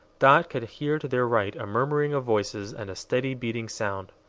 dot could hear to their right a murmuring of voices, and a steady beating sound.